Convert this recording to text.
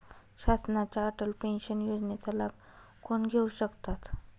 शासनाच्या अटल पेन्शन योजनेचा लाभ कोण घेऊ शकतात?